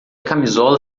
camisola